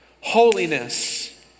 holiness